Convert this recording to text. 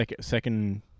Second